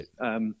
right